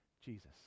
Jesus